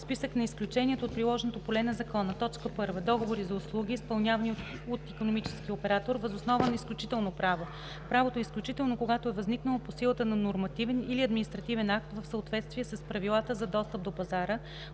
Списък на изключенията от приложното поле на закона 1. Договори за услуги, изпълнявани от икономически оператор въз основа на изключително право. Правото е изключително, когато е възникнало по силата на нормативен или административен акт в съответствие с правилата за достъп до пазара,